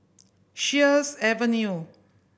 Sheares Avenue